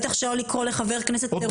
בטח שלא לקרוא לחבר כנסת טרוריסט.